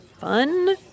fun